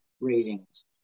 ratings